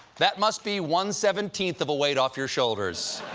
that must be one-seventeenth of a weight off your shoulders!